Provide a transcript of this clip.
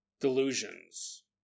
delusions